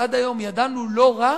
ידענו לא רע